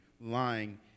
lying